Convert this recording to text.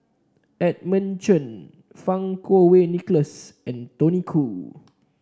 Edmund Chen Fang Kuo Wei Nicholas and Tony Khoo